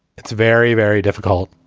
it's very, very difficult,